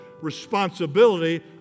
responsibility